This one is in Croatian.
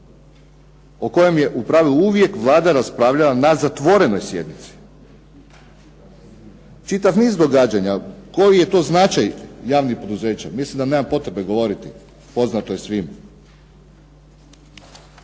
o kojem je u pravilu uvijek Vlada raspravljala na zatvorenoj sjednici. Čitav niz događanja. Koji je to značaj javnih poduzeća mislim da nema potrebe govoriti, poznato je svima.